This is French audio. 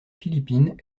philippines